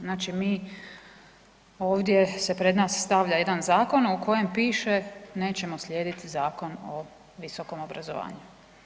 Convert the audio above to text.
Znači ovdje se pred nas stavlja jedan zakon u kojem pišem nećemo slijediti zakon o viskom obrazovanju.